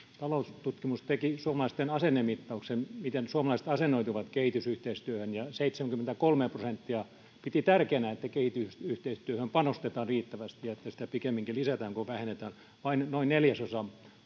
ta loustutkimus teki suomalaisten asennemittauksen miten suomalaiset asennoituvat kehitysyhteistyöhön ja seitsemänkymmentäkolme prosenttia piti tärkeänä että kehitysyhteistyöhön panostetaan riittävästi ja että sitä pikemminkin lisätään kuin vähennetään vain noin neljäsosa